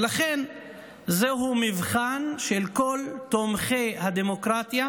ולכן זהו מבחן של כל תומכי הדמוקרטיה